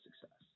success